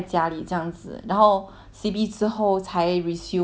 C_B 之后才 resume 你的 internship